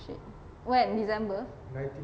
shit when december